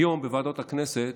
היום בוועדות הכנסת